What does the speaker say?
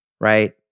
Right